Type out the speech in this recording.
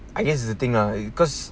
I guess it's the thing ah cause